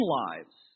lives